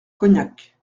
cognac